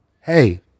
hey